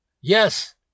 Yes